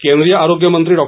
केंद्रीय आरोग्यमंत्री डॉ